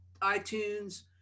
iTunes